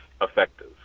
effective